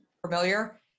familiar